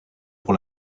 pour